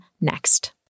next